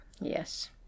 Yes